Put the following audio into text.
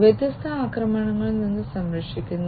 വ്യത്യസ്ത ആക്രമണങ്ങളിൽ നിന്ന് സംരക്ഷിക്കുന്നു